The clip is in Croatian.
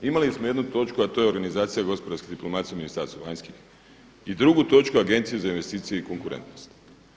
Imali smo jednu točku, a to je organizacija gospodarske diplomacije u Ministarstvu vanjskih, i drugu točku Agencije za investicije i konkurentnost.